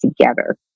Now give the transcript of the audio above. together